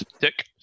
Dick